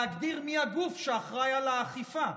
להגדיר מי הגוף שאחראי לאכיפה.